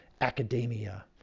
academia